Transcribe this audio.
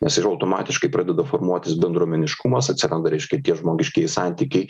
nes ir automatiškai pradeda formuotis bendruomeniškumas atsiranda reiškia tie žmogiškieji santykiai